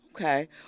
Okay